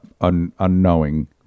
unknowing